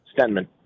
Stenman